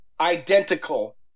identical